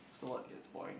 snowboard gets boring